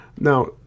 Now